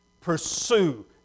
Pursue